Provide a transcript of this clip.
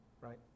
right